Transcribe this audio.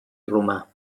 romà